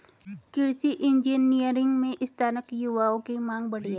कृषि इंजीनियरिंग में स्नातक युवाओं की मांग बढ़ी है